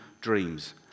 dreams